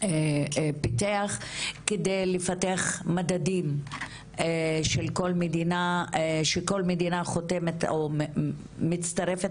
פיתח כדי לפתח מדדים שכל מדינה שחותמת או מצטרפת